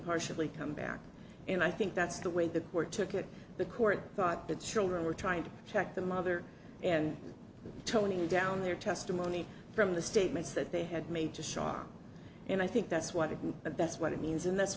partially come back and i think that's the way the were took at the court thought the children were trying to protect the mother and toning down their testimony from the statements that they had made to shawn and i think that's what it that's what it means and that's